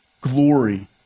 glory